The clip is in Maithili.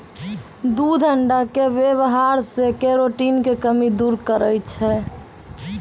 दूध अण्डा के वेवहार से केरोटिन के कमी दूर करै छै